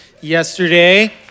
yesterday